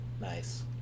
Nice